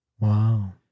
Wow